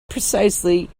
precisely